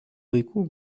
vaikų